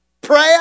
prayer